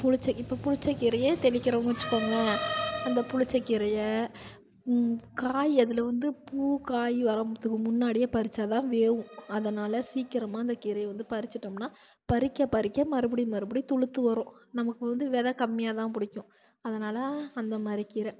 புளித்த இப்போ புளித்த கீரையை தெளிக்கிறோம்னு வச்சுக்கோங்களேன் அந்த புளித்த கீரையை காய் அதில் வந்து பூ காய் வர்றதுக்கு முன்னாடியே பறித்தா தான் வேகும் அதனால் சீக்கிரமாக அந்த கீரையை வந்து பறிச்சுட்டோம்னா பறிக்க பறிக்க மறுபடியும் மறுபடியும் துளுர்த்து வரும் நமக்கு வந்து விதை கம்மியாக தான் பிடிக்கும் அதனால் அந்த மாதிரி கீரை